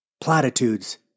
platitudes